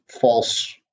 false